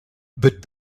but